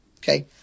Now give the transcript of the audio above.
Okay